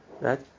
right